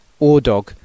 Ordog